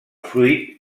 fruit